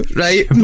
right